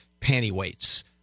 pantyweights